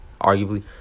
arguably